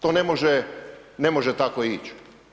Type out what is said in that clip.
To ne može tako ići.